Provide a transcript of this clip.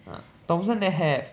ah thomson there have